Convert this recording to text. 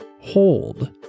Hold